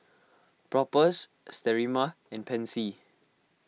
Propass Sterimar and Pansy